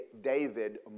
David